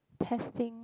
testing